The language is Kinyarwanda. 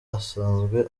asanzwe